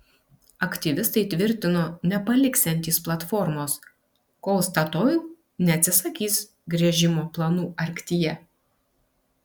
aktyvistai tvirtino nepaliksiantys platformos kol statoil neatsisakys gręžimo planų arktyje